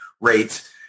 rates